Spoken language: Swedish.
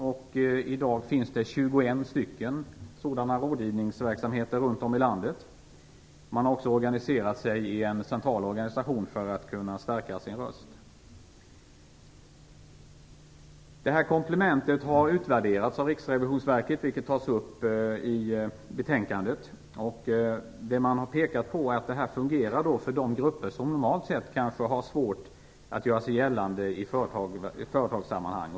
I dag finns det 21 sådana rådgivningsverksamheter runt om i landet. Man har också organiserat sig i en central organisation för att stärka sin röst. Detta komplement har utvärderats av Riksrevisionsverket, vilket tas upp i betänkandet. Det man har pekat på är att detta fungerar för de grupper som normalt sett kanske har svårt att göra sig gällande i företagssammanhang.